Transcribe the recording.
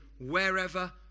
wherever